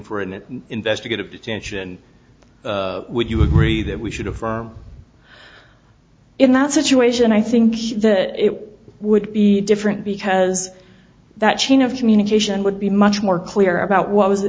for an investigative detention would you agree that we should affirm in that situation i think that it would be different because that chain of communication would be much more clear about what was it